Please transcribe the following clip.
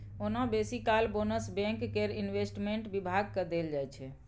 ओना बेसी काल बोनस बैंक केर इंवेस्टमेंट बिभाग केँ देल जाइ छै